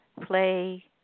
play